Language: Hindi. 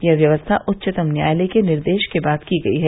यह व्यवस्था उच्चतम न्यायालय के निर्देश के बाद की गयी है